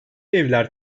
evler